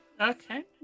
Okay